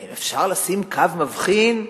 האם אפשר לשים קו מבחין,